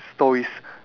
stories